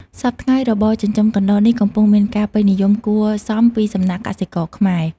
សព្វថ្ងៃរបរចិញ្ចឹមកណ្តុរនេះកំពុងមានការពេញនិយមគួរសមពីសំណាក់កសិករខ្មែរ។